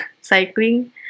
cycling